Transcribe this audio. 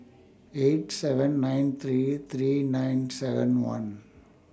eight seven nine three three nine seven one